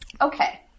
Okay